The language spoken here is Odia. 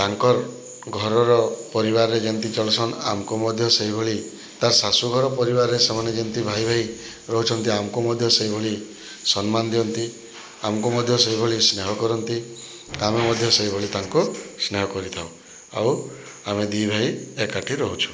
ତାଙ୍କର୍ ଘରର ପରିବାରରେ ଯେମିତି ଚଲସନ୍ ଆମ୍କୁ ମଧ୍ୟ ସେଇଭଳି ତାର୍ ଶାଶୁଘର ପରିବାରରେ ସେମାନେ ଯେମିତି ଭାଇଭାଇ ରହୁଛନ୍ତି ଆମ୍କୁ ମଧ୍ୟ ସେଇଭଳି ସମ୍ମାନ ଦିଅନ୍ତି ଆମ୍କୁ ମଧ୍ୟ ସେଇଭଳି ସ୍ନେହ କରନ୍ତି ଆମେ ମଧ୍ୟ ସେଇଭଳି ତାଙ୍କୁ ସ୍ନେହ କରିଥାଉ ଆଉ ଆମେ ଦୁଇଭାଇ ଏକାଠି ରହୁଛୁ